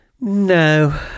No